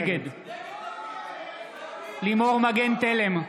נגד לימור מגן תלם,